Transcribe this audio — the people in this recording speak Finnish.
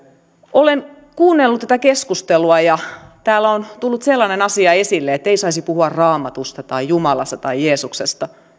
olen kuunnellut tätä keskustelua ja täällä on tullut sellainen asia esille että ei saisi puhua raamatusta tai jumalasta tai jeesuksesta